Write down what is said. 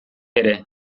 ere